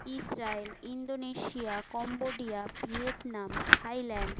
Israel Indonesia Cambodia Vietnam Thailand